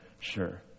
Sure